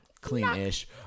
Clean-ish